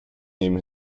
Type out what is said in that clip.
neben